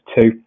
two